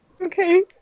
okay